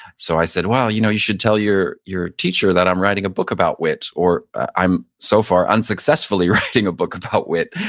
so i said, well you know you should tell your your teacher that i'm writing a book about wit or i'm so far unsuccessfully writing a book about wit,